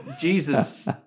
Jesus